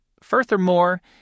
Furthermore